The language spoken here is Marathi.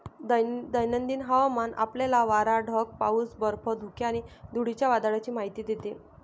दैनंदिन हवामान आपल्याला वारा, ढग, पाऊस, बर्फ, धुके आणि धुळीच्या वादळाची माहिती देते